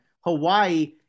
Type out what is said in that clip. Hawaii